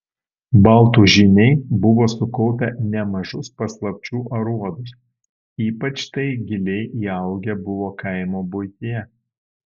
baltų žyniai buvo sukaupę nemažus paslapčių aruodus ypač tai giliai įaugę buvo kaimo buityje